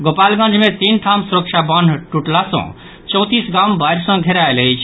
गोपालगंज मे तीन ठाम सुरक्षा बान्ह टूटला सँ चौंतीस गाम बाढ़ि सँ घेरायल अछि